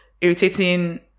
irritating